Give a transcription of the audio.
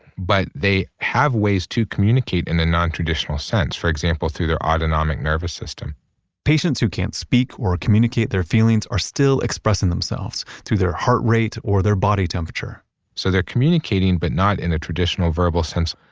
but they have ways to communicate in a nontraditional sense. for example, through their autonomic nervous system patients who can't speak or communicate their feelings are still expressing themselves through their heart rate or their body temperature so they're communicating but not in a traditional verbal sense.